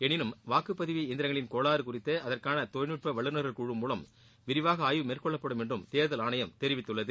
எனினும் வாக்குபதிவு இயந்திரங்களின் கோளாறு குறித்து அகற்கான தொழில்நுட்ப வல்லுநர் குழு மூலம் விரிவாக ஆய்வு மேற்கொள்ளப்படும் என்று தேர்தல் ஆணையம் தெரிவித்துள்ளது